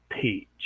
teach